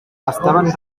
estaven